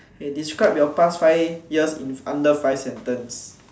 K describe your past five years in under five sentence